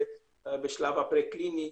בשלב הפרה-קליני,